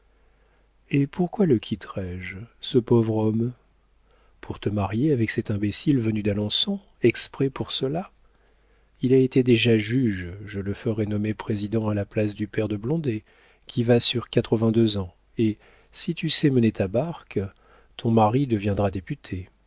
et pourquoi le quitterais je ce pauvre homme pour te marier avec cet imbécile venu d'alençon exprès pour cela il a été déjà juge je le ferai nommer président à la place du père de blondet qui va sur quatre-vingt-deux ans et si tu sais mener ta barque ton mari deviendra député